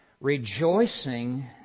Rejoicing